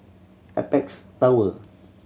Apex Tower